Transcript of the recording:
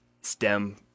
STEM